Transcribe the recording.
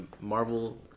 Marvel